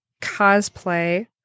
cosplay